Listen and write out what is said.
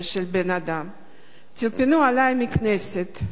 טלפנו אלי מהכנסת,